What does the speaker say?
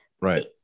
right